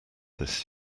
this